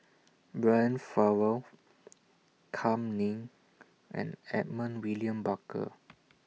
Brian Farrell Kam Ning and Edmund William Barker